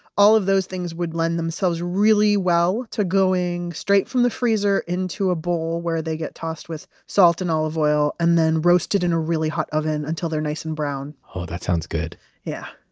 all of those things would lend themselves really well to going straight from the freezer into a bowl where they get tossed with salt and olive oil. and then roasted in a really hot oven until they're nice and brown oh, that sounds good yeah